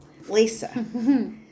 Lisa